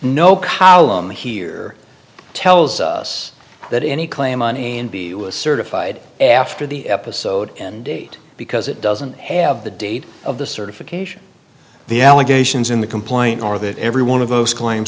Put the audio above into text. no coulomb here tells us that any claim on a and b was certified after the episode and date because it doesn't have the date of the certification the allegations in the complaint or that every one of those claims